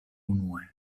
unue